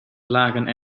lagen